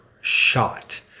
shot